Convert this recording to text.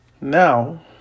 Now